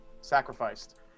Sacrificed